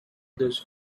those